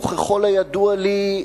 וככל הידוע לי,